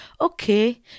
Okay